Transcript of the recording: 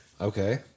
Okay